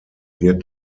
wird